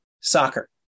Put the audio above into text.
soccer